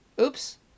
Oops